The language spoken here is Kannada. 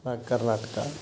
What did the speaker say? ಕರ್ನಾಟಕ